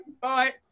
Bye